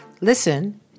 Listen